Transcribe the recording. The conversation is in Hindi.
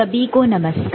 सभी को नमस्कार